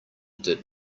did